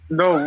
no